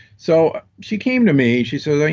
so she came to me, she so like